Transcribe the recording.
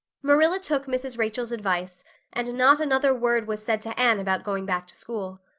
marilla took mrs. rachel's advice and not another word was said to anne about going back to school.